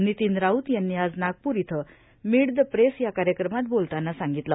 वितीव राऊत यांनी आज नागपूर झ्यं मिड द प्रेस या कार्यक्रमात बोलताना सांगितलं